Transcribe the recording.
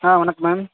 ஆ வணக்கம் மேம்